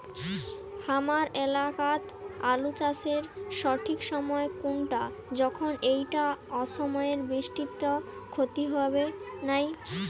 হামার এলাকাত আলু চাষের সঠিক সময় কুনটা যখন এইটা অসময়ের বৃষ্টিত ক্ষতি হবে নাই?